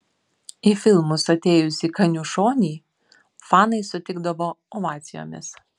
į filmus atėjusį kaniušonį fanai sutikdavo ovacijomis